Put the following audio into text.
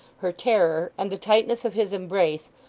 her terror, and the tightness of his embrace,